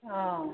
ꯑꯥ